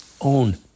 own